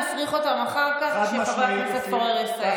נפריך אותם אחר כך, כשחבר הכנסת פורר יסיים.